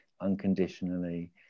unconditionally